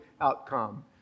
outcome